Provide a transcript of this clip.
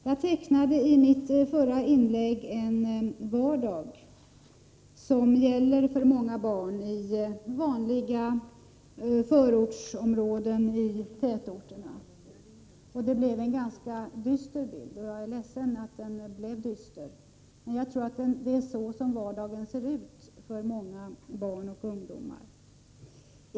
Jag tecknade i mitt förra inlägg en vardag som gäller för många barn i vanliga förortsområden i tätorterna. Det blev en ganska dyster bild. Jag är ledsen att den blev dyster, men jag tror att det är så som vardagen ser ut för många barn och ungdomar.